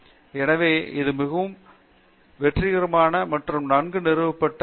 பேராசிரியர் சத்யநாராயணன் என் கும்மாடி எனவே இது மிகவும் வெற்றிகரமான மற்றும் நன்கு நிறுவப்பட்ட நிறுவனமாகும்